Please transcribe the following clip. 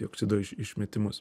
dioksido išmetimus